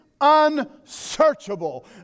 unsearchable